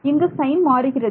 இங்கு சைன் மாறுகிறது